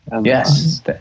Yes